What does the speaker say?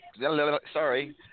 Sorry